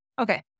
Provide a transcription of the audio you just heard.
Okay